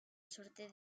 suerte